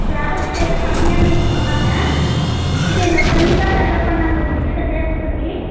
travels பேர் சந்தியாய்ன்னு சொல்லி சொன்னாங்க இது எங்கள் ஃப்ரெண்டு தான் ரெஃபர் பண்ணாங்க உங்கள்கிட்ட பேச சொல்லி